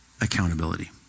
accountability